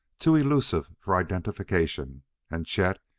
too elusive for identification and chet,